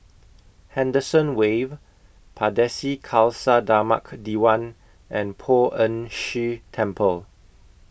Henderson Wave Pardesi Khalsa Dharmak Diwan and Poh Ern Shih Temple